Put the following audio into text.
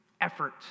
effort